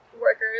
workers